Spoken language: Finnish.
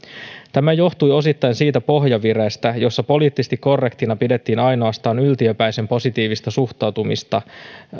tämä johtui osittain siitä pohjavireestä jossa poliittisesti korrektina pidettiin ainoastaan yltiöpäisen positiivista suhtautumista